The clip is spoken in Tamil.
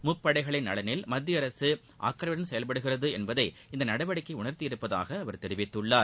முப்படைகளின் நலனில் மத்திய அரசு அக்கறையுடன் செயல்படுகிறது என்பதை இந்த நடவடிக்கை உணர்த்தியிருப்பதாக அவர் தெரிவித்துள்ளர்